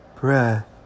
breath